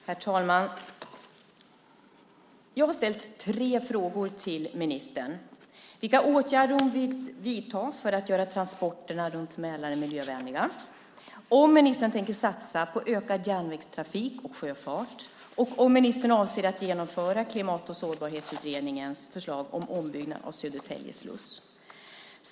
Herr talman! Jag har ställt tre frågor till ministern: vilka åtgärder hon vill vidta för att göra transporterna runt Mälaren miljövänliga, om hon tänker satsa på ökad järnvägstrafik och sjöfart och om hon avser att genomföra Klimat och sårbarhetsutredningens förslag om ombyggnad av Södertälje sluss.